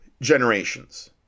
generations